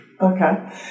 Okay